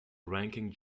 ranking